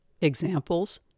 Examples